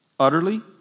Utterly